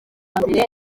mbere